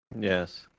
yes